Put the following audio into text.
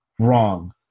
wrong